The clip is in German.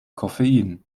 koffein